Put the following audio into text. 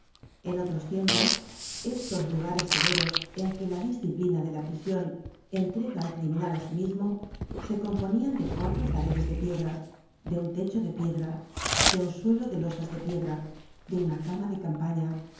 en otros tiempos estos lugares severos en que la disciplina de la prision entrega al criminal ásí mismo se componian de cuatro paredes de piedra de un techo de piedra de un suelo de losas de piedra de una cama de campaña